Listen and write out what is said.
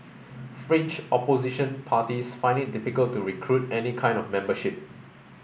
Fringe Opposition parties find it difficult to recruit any kind of membership